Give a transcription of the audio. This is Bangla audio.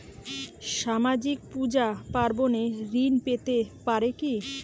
সামাজিক পূজা পার্বণে ঋণ পেতে পারে কি?